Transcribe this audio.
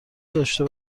داشته